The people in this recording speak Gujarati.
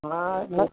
હ નત